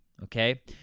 Okay